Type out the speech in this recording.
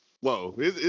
Whoa